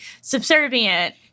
subservient